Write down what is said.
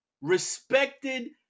respected